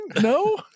No